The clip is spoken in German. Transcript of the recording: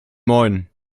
moin